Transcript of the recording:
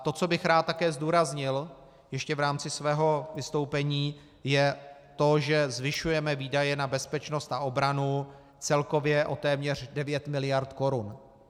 To, co bych rád také zdůraznil ještě v rámci svého vystoupení, je to, že zvyšujeme výdaje na bezpečnost a obranu celkově o téměř 9 miliard korun.